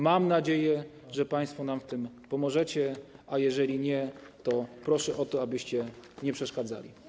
Mam nadzieję, że państwo nam w tym pomożecie, a jeżeli nie, to proszę o to, abyście nie przeszkadzali.